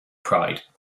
pride